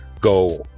go